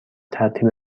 ترتیب